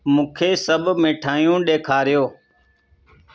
मूंखे सभु मिठायूं ॾेखारियो